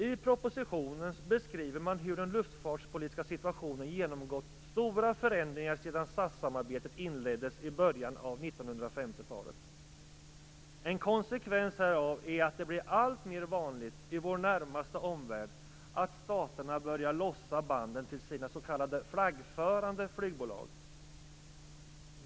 I propositionen beskrivs hur den luftfartspolitiska situationen genomgått stora förändringar sedan SAS samarbetet inleddes i början av 1950-talet. En konsekvens härav är att det blir alltmer vanligt i vår närmaste omvärld att staterna börjar lossa banden till sina "flaggförande" flygbolag.